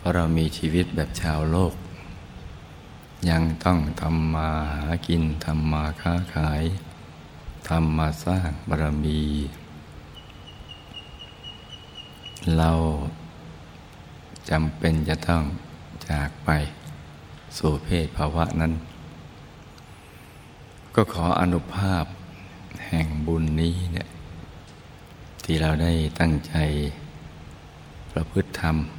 เพราะเรามีชีวิตแบบชาวโลก ยังต้องทำมาหากิน ทำมาค้าขาย ทำมาสร้างบารมี เราจำเป็นจะต้องจากไปสู่เพศภาวะนั้น ก็ขออนุภาพแห่งบุญนี้เนี่ย ที่เราได้ตั้งใจประพฤติธรรม